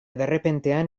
derrepentean